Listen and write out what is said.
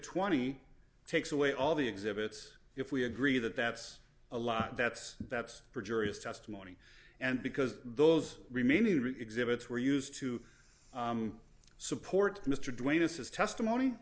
twenty takes away all the exhibits if we agree that that's a lot that's that's perjurious testimony and because those remaining exhibits were used to support mr duenas his testimony